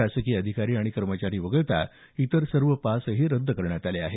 शासकीय अधिकारी कर्मचारी वगळता इतर सर्व पासेसही रद्द करण्यात आले आहेत